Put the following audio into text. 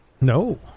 No